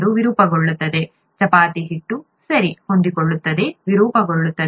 ಚೆಂಡು ವಿರೂಪಗೊಳ್ಳುತ್ತದೆ ಚಪಾತಿ ಹಿಟ್ಟು ಸರಿ ಹೊಂದಿಕೊಳ್ಳುತ್ತದೆ ವಿರೂಪಗೊಳ್ಳುತ್ತದೆ